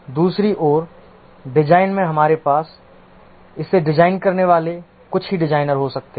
दूसरी ओर डिज़ाइन में हमारे पास इसे डिज़ाइन करने वाले कुछ ही डिज़ाइनर हो सकते हैं